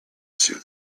sue